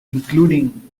including